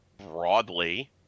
Broadly